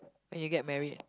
when you get married